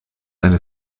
eine